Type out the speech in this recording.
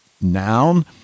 noun